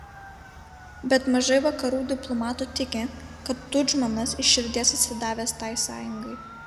bet mažai vakarų diplomatų tiki kad tudžmanas iš širdies atsidavęs tai sąjungai